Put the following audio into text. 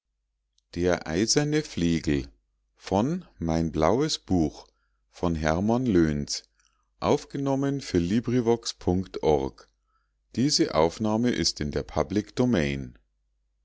der fisch der